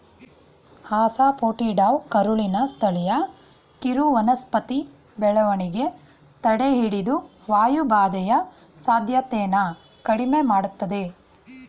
ಅಸಾಫೋಟಿಡಾವು ಕರುಳಿನ ಸ್ಥಳೀಯ ಕಿರುವನಸ್ಪತಿ ಬೆಳವಣಿಗೆ ತಡೆಹಿಡಿದು ವಾಯುಬಾಧೆಯ ಸಾಧ್ಯತೆನ ಕಡಿಮೆ ಮಾಡ್ತದೆ